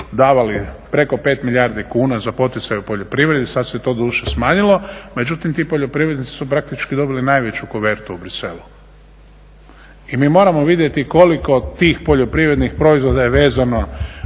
davali preko 5 milijardi kuna za poticaje u poljoprivredi, sad se to doduše smanjilo, međutim ti poljoprivrednici su praktički dobili najveću kovertu u Bruxellesu. I mi moramo vidjeti koliko tih poljoprivrednih proizvoda je vezano